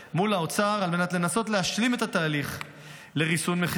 על מנת לנסות להשלים את התהליך לריסון מחירי